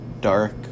dark